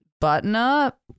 button-up